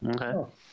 Okay